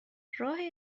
راه